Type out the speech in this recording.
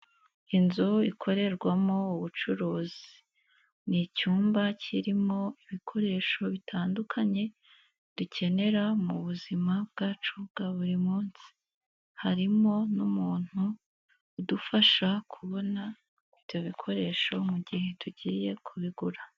Inzu ikorerwamo ubucuruzi ni icyumba kirimo ibikoresho bitandukanye dukenera mu buzima bwacu bwa buri munsi, harimo n'umuntu udufasha kubona ibyo bikoresho mu gihe tugiye kubigura.